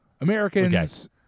Americans